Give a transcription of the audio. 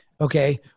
okay